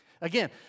Again